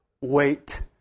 wait